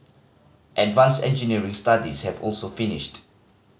advance engineering studies have also finished